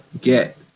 get